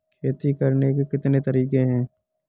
खेती करने के कितने तरीके हैं?